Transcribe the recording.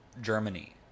Germany